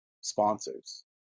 sponsors